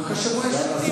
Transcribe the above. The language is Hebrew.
רק השבוע ישבתי עם נציגים,